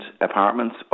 apartments